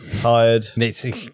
Tired